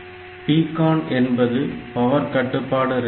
PCON என்பது power கட்டுப்பாடு register